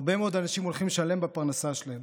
הרבה מאוד אנשים הולכים לשלם בפרנסה שלהם.